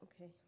okay